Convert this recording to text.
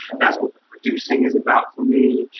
that's what producing is about for me,